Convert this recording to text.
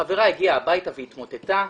החברה הגיעה הביתה והתמוטטה,